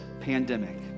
pandemic